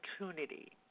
opportunity